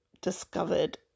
discovered